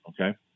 Okay